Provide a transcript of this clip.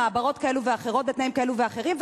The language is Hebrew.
למעברות כאלה ואחרות בתנאים כאלה ואחרים,